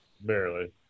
Barely